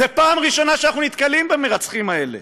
זאת פעם ראשונה שאנחנו נתקלים במרצחים האלה.